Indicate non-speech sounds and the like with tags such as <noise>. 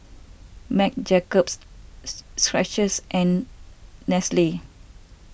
Marc Jacobs <unintelligible> Skechers and <unintelligible>